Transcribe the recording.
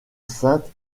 sainte